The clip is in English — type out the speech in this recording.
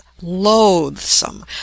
loathsome